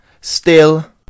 Still